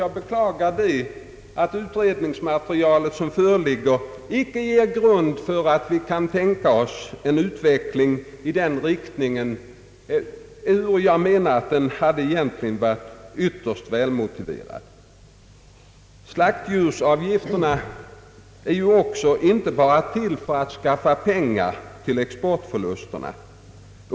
Jag beklagar att det föreliggande utredningsmaterialet inte ger någon grund för oss att tänka oss en utveckling i den riktningen, ehuru jag anser att det hade varit ytterst välmotiverat. Slaktdjursavgifterna är, det bör framhållas, inte till bara för att skaffa pengar för täckande av exportförlusterna.